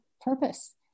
purpose